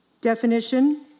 Definition